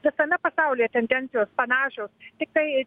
visame pasaulyje tendencijos panašios tiktai